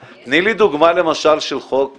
כבר מופיע בחוק המקורי גם